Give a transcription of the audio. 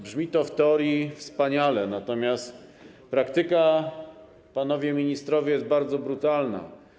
Brzmi to w teorii wspaniale, natomiast praktyka, panowie ministrowie, jest bardzo brutalna.